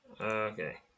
Okay